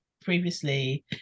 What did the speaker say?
previously